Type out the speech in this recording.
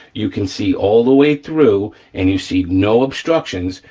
you can see all the way through and you see no obstructions,